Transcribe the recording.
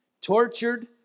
tortured